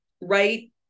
right